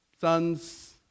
sons